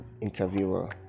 interviewer